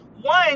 one